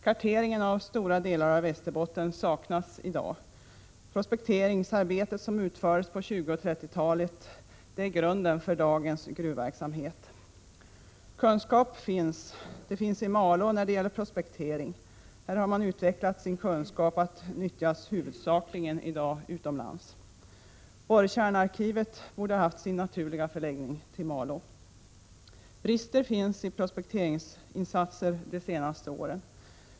Kartering av stora delar av Västerbotten saknas i dag. Det prospekteringsarbete som utfördes på 1920 och 1930-talen är grunden för dagens gruvverksamhet. Kunskap finns — i Malå när det gäller prospektering. Här har man utvecklat sin kunskap, som i dag huvudsakligen nyttjas utomlands. Borrkärnearkivet borde ha haft en naturlig förläggning i Malå. Brister finns i prospekteringsinsatserna de senaste åren.